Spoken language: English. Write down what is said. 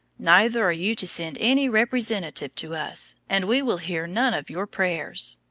neither are you to send any representative to us, and we will hear none of your prayers.